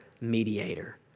mediator